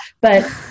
but-